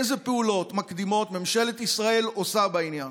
אילו פעולות מקדימות ממשלת ישראל עושה בעניין.